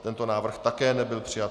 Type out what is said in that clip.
Tento návrh také nebyl přijat.